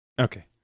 Okay